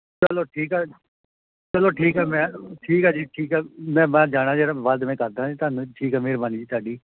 ਚਲੋ ਠੀਕ ਆ ਚਲੋ ਠੀਕ ਹੈ ਮੈਂ ਠੀਕ ਆ ਜੀ ਠੀਕ ਆ ਮੈਂ ਬਾਹਰ ਜਾਣਾ ਜ਼ਰਾ ਬਾਅਦ ਮੈਂ ਕਰਦਾ ਜੀ ਤੁਹਾਨੂੰ ਠੀਕ ਆ ਮਿਹਰਬਾਨੀ ਜੀ ਤੁਹਾਡੀ